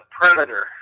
Predator